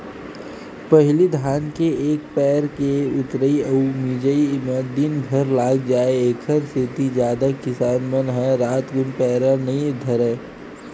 पहिली धान के एक पैर के ऊतरई अउ मिजई म दिनभर लाग जाय ऐखरे सेती जादा किसान मन ह रातकुन पैरा नई धरय